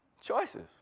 Choices